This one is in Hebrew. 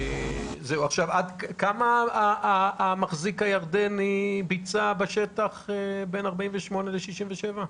כמה המחזיק הירדני ביצע בשטח בין 1948 ל-1967?